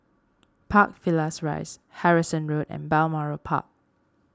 Park Villas Rise Harrison Road and Balmoral Park